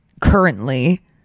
currently